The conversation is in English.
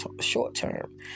short-term